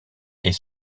est